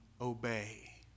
obey